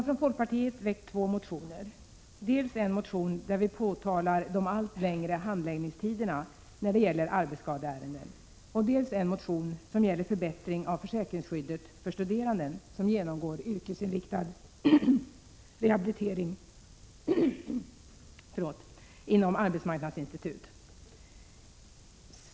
Folkpartiet har väckt två motioner, dels en i vilken vi påtalar de allt längre handläggningstiderna för arbetsskadeärenden, dels en som gäller förbättring av försäkringsskyddet för studerande som genomgår yrkesinriktad rehabilitering inom arbetsmarknadsinstitut.